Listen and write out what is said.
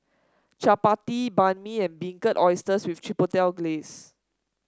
Chapati Banh Mi and Barbecued Oysters with Chipotle Glaze